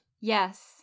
yes